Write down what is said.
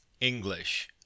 English